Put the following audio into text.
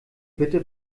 bitte